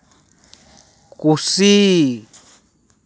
ᱠᱩᱥᱤ